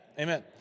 Amen